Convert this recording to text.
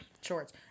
Shorts